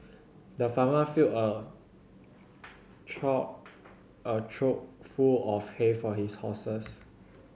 the farmer filled a a trough full of hay for his horses